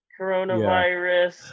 coronavirus